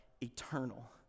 eternal